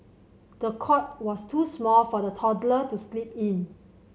the cot was too small for the toddler to sleep in